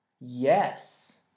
Yes